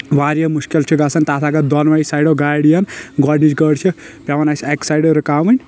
واریاہ مُشکل چھِ گژھان تتھ اگر دۄنوے سایڈَو گاڑِ یِن گۄڈنِچ گٲڑۍ چھِ پیٚوان اسہِ اکہِ سایٚڈٕ رُکاوٕنۍ